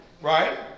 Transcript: right